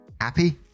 Happy